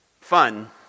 fun